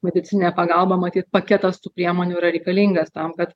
medicininė pagalba matyt paketas tų priemonių yra reikalingas tam kad